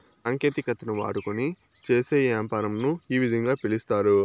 సాంకేతికతను వాడుకొని చేసే యాపారంను ఈ విధంగా పిలుస్తారు